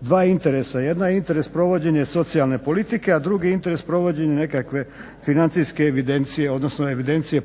dva interesa. Jedan je interes provođenje socijalne politike, a drugi je interes provođenje nekakve financijske evidencije odnosno evidencije